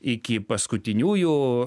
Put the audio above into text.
iki paskutiniųjų